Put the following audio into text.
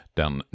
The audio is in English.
den